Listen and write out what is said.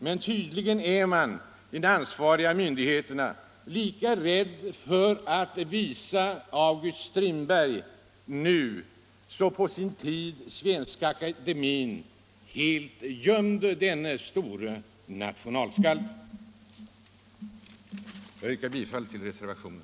Men tydligen är de ansvariga myndigheterna lika rädda för att visa August Strindberg nu som på sin tid Svenska akademien, som helt gömde undan denne store nationalskald. Jag yrkar bifall till reservationen.